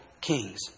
kings